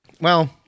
Well-